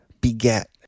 beget